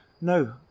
no